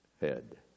head